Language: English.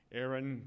Aaron